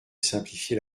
simplifier